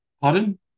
pardon